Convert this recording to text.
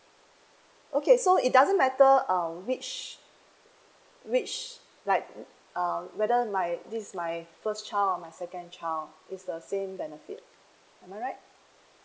okay so it doesn't matter uh which which like uh whether my this is my first child or my second child it's the same benefit am I right